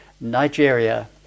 Nigeria